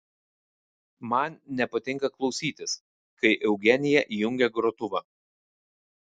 man nepatinka klausytis kai eugenija įjungia grotuvą